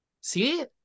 See